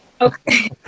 okay